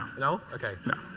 no? okay. no